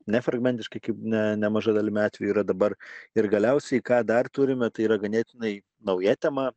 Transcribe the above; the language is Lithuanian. ne fragmentiškai kaip ne nemaža dalimi atvejų yra dabar ir galiausiai ką dar turime tai yra ganėtinai nauja tema